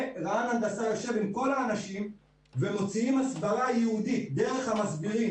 רע"ן הנדסה יושב עם כל האנשים ומוציאים הסברה ייעודית דרך המסבירים